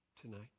tonight